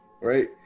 right